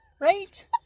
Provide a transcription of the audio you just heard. right